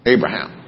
Abraham